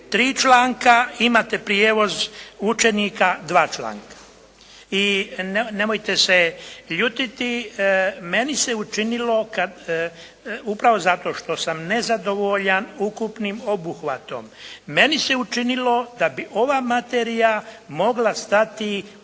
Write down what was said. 3 članka, imate prijevoz učenika 2 članka i nemojte se ljutiti, meni se učinilo kad upravo zato što sam nezadovoljan ukupnim obuhvatom, meni se učinilo da bi ova materija mogla stati